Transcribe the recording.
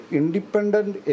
independent